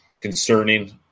concerning